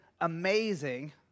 amazing